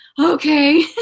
okay